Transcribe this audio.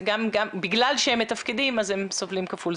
בגלל שהם מתפקדים אז הם סובלים כפול.